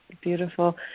Beautiful